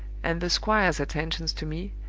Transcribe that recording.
and the squire's attentions to me,